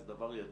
זה דבר ידוע.